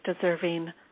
deserving